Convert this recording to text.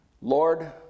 Lord